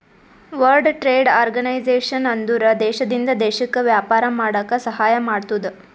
world trade organization ಅಂದುರ್ ದೇಶದಿಂದ್ ದೇಶಕ್ಕ ವ್ಯಾಪಾರ ಮಾಡಾಕ ಸಹಾಯ ಮಾಡ್ತುದ್